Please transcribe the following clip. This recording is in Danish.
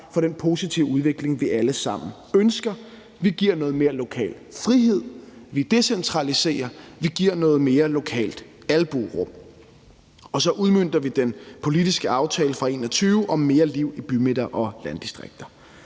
for den positive udvikling, vi alle sammen ønsker. Vi giver noget mere lokal frihed. Vi decentraliserer. Vi giver noget mere lokalt albuerum. Og så udmønter vi den politiske aftale fra 2021 om mere liv i bymidter og landdistrikter.